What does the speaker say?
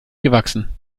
gewachsen